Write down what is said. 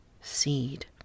seed